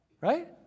right